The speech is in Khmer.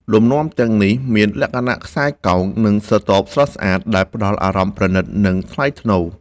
លំនាំទាំងនេះមានលក្ខណៈខ្សែកោង និងស្រទាប់ស្រស់ស្អាត ដែលផ្តល់អារម្មណ៍ប្រណីត និងថ្លៃថ្នូរ